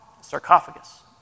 sarcophagus